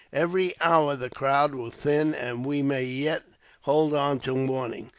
every hour the crowd will thin, and we may yet hold on till morning.